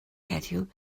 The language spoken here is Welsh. heddiw